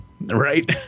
right